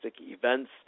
events